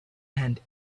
and